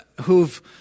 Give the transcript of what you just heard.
who've